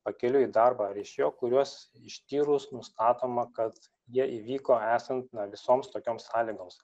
pakeliui į darbą ar iš jo kuriuos ištyrus nustatoma kad jie įvyko esant visoms tokioms sąlygoms